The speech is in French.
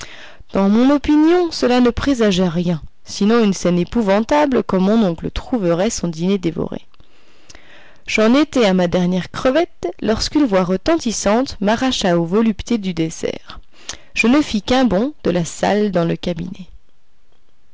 dans mon opinion cela ne présageait rien sinon une scène épouvantable quand mon oncle trouverait son dîner dévoré j'en étais à ma dernière crevette lorsqu'une voix retentissante m'arracha aux voluptés du dessert je ne fis qu'un bond de la salle dans le cabinet